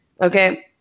Okay